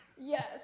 Yes